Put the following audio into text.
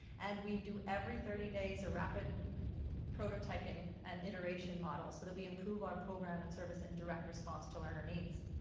and we do every thirty days a rapid prototyping and iteration models, so that we improve our program and service and direct response to learner needs.